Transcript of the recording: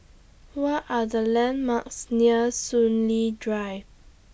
What Are The landmarks near Soon Lee Drive